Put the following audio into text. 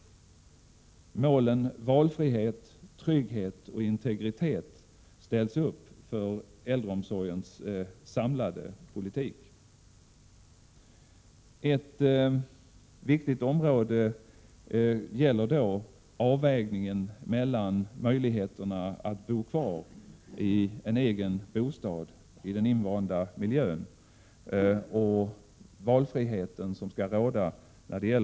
Målen valfrihet, trygghet och integritet ställs upp för den samlade politiken för äldreomsorgen. En viktig fråga gäller avvägningen mellan möjligheterna att kunna bo kvar i den egna bostaden i en invand miljö och valfriheten som skall råda när det Prot.